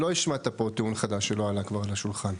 לא השמעתם פה טיעון חדש שלא עלה כבר על השולחן.